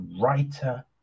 writer